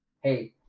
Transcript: hey